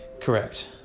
correct